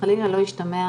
שחלילה לא ישתמע,